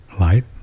light